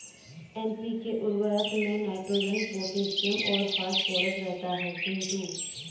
NPK उर्वरक में nitrogen potassium और फास्फोरस रहता है चिंटू